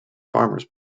farmers